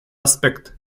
aspect